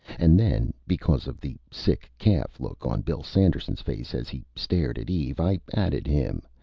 and then, because of the sick-calf look on bill sanderson's face as he stared at eve, i added him,